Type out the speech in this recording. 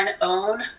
own